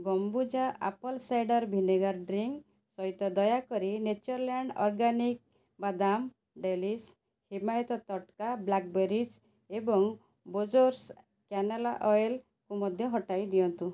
ବମ୍ବୁଚା apple cider vinegar drink ସହିତ ଦୟାକରି Natureland organics ବାଦାମ ଡେଲିସ ହିମାୟିତ ତଟକା ବ୍ଲାକ୍ବେରିଜ୍ ଏବଂ ବୋର୍ଜ୍ସ୍ କ୍ୟାନେଲା ଅଏଲ୍କୁ ମଧ୍ୟ ହଟାଇ ଦିଅନ୍ତୁ